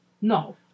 No